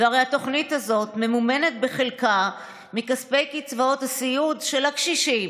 והרי התוכנית הזאת ממומנת בחלקה מכספי קצבאות הסיעוד של הקשישים,